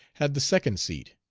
had the second seat.